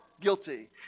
guilty